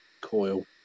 coil